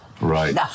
Right